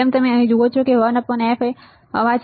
જેમ તમે અહીં જુઓ છો 1 f અવાજ